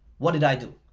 what did i do?